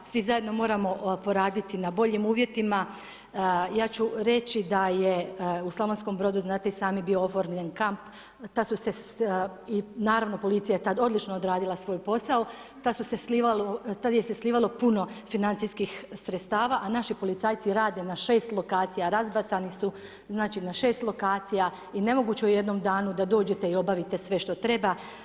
Svi zajedno moramo poraditi na boljim uvjetima, ja ću reći da je u Slavonskom Brodu, znate i sami, bio oformljen kamp, tad su se, i naravno policija je tad odlično odradila svoj posao, tad se slivalo puno financijskih sredstava a naši policajci rade na 6 lokacija razbacani su, i nemoguće je u jednom danu da dođete i obavite sve što treba.